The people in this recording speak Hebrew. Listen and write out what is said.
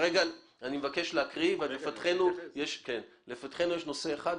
כרגע אני מבקש להקריא ולפתחנו יש נושא אחד,